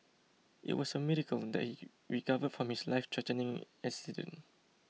it was a miracle that he recovered from his lifethreatening accident